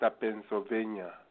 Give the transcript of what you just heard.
Pennsylvania